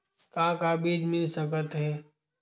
का का बीज मिल सकत हे?